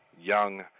young